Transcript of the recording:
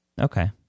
Okay